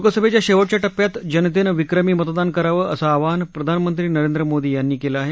लोकसभेच्या शेवटच्या टप्प्यात जनतेनं विक्रमी मतदान करावं असं आवाहन प्रधानमंत्री नरेंद्र मोदी यांनी केलं आहे